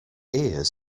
ears